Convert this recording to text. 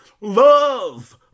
love